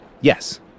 Yes